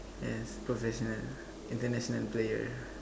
yes professional international player